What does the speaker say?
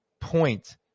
point